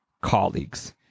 colleagues